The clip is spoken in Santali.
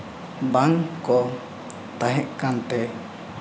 ᱵᱟᱝᱠᱚ ᱛᱟᱦᱮᱸ ᱠᱟᱱ ᱛᱮ